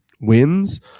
wins